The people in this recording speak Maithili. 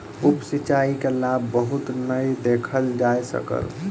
उप सिचाई के लाभ बहुत नै देखल जा सकल